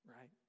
right